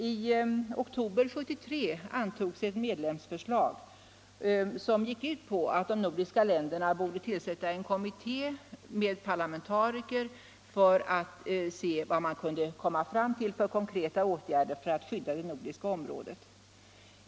I oktober 1973 antogs ett medlemsförslag, som gick ut på att de nordiska länderna borde tillsätta en kommitté med parlamentariker för att komma fram till konkreta åtgärder för att söka skydda det nordiska området.